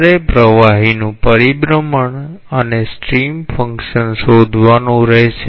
તમારે પ્રવાહીનું પરિભ્રમણ અને સ્ટ્રીમ ફંક્શન શોધવાનું રહેશે